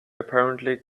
apparently